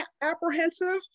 apprehensive